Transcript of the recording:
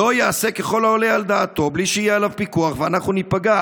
לא יעשה ככל העולה על דעתו בלי שיהיה עליו פיקוח ואנחנו ניפגע?